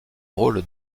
rôle